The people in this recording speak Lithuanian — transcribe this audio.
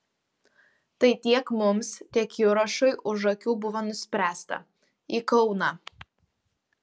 tai tiek mums tiek jurašui už akių buvo nuspręsta į kauną